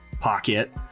pocket